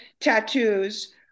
tattoos